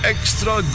Extra